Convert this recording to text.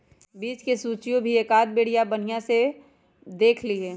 बीज के सूचियो भी एकाद बेरिया बनिहा से देख लीहे